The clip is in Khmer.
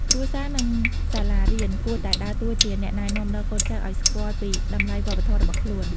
គ្រួសារនិងសាលារៀនគួរតែដើរតួជាអ្នកណែនាំដល់កូនចៅឲ្យស្គាល់ពីតម្លៃវប្បធម៌របស់ខ្លួន។